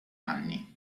anni